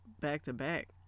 back-to-back